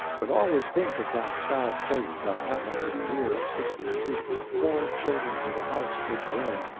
but always think of that sad fate, that happened in year of sixty three four children with a house did burn,